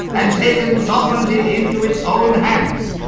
and taken sovereignty into its own hands.